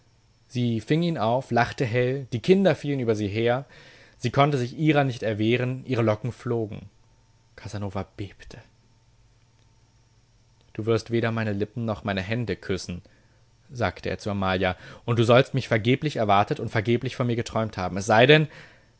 sie fing ihn auf lachte hell die kinder fielen über sie her sie konnte sich ihrer nicht erwehren ihre locken flogen casanova bebte du wirst weder meine lippen noch meine hände küssen sagte er zu amalia und du sollst mich vergeblich erwartet und vergeblich von mir geträumt haben es sei denn